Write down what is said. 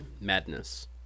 Madness